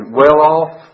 well-off